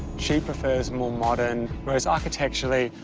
she prefers more modern, whereas architecturally,